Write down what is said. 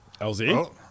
LZ